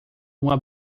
uma